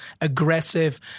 aggressive